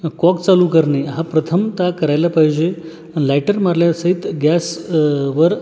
cock चालू करणे हा प्रथमतः करायला पाहिजे लायटर मारले असेल तर गॅस वर